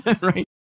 right